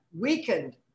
weakened